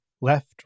left